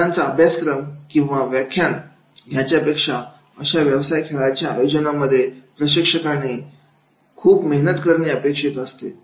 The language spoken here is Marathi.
घटनांचा अभ्यास किंवा व्याख्यान याच्यापेक्षा आशा व्यवसाय खेळाच्या आयोजनामध्ये प्रशिक्षकांनी खूप मेहनत करणे अपेक्षित असते